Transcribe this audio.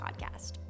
podcast